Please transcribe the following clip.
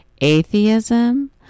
atheism